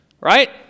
right